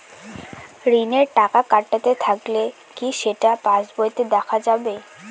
ঋণের টাকা কাটতে থাকলে কি সেটা পাসবইতে দেখা যাবে?